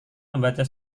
membaca